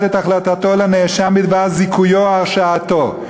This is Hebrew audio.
את החלטתו לנאשם בדבר זיכויו או הרשעתו.